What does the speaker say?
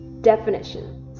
definition